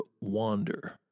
wander